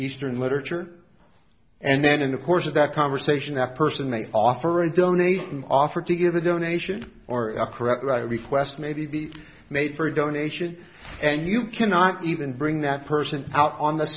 eastern literature and then in the course of that conversation that person may offer a donation offer to give a donation or correct or i request maybe the maid for a donation and you cannot even bring that person out on the